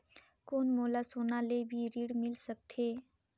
कौन मोला सोना ले भी ऋण मिल सकथे?